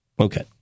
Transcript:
Okay